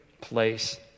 place